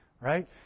Right